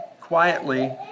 quietly